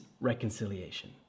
reconciliation